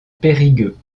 périgueux